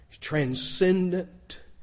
transcendent